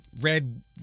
Red